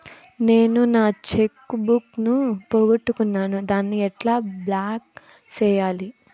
నేను నా cheque book ను పోగొట్టుకున్నాను దాన్ని ఎట్లా బ్లాక్ సేయాలి?